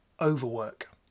overwork